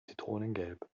zitronengelb